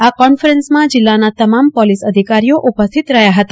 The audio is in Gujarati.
આ કોન્ફરન્સમાં જિલ્લાના તમામ પોલીસ અધિકારીઓ ઉપસ્થિત રહ્યા હતા